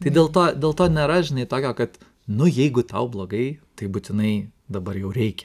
tai dėl to dėl to nėra žinai tokio kad nu jeigu tau blogai tai būtinai dabar jau reikia